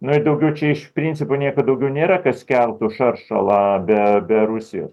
nu ir daugiau čia iš principo nieko daugiau nėra kas keltų šaršalą be be rusijos